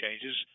changes